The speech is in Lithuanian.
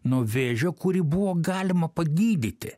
nuo vėžio kurį buvo galima pagydyti